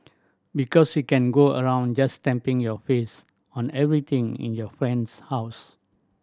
because you can go around just stamping your face on everything in your friend's house